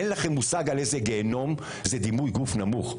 אין לכם מושג איזה גיהינום זה דימוי גוף נמוך.